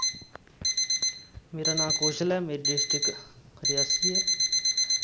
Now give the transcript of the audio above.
मेरा नां कौशल ऐ मेरी डिस्ट्रिक रेआसी ऐ